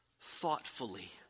thoughtfully